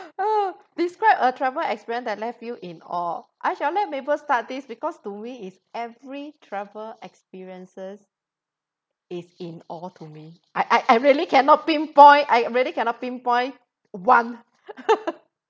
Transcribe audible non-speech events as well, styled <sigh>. oh describe a travel experience that left you in awe I shall let mabel start this because to me is every travel experiences is in awe to me I I really cannot pinpoint I really cannot pinpoint one <laughs>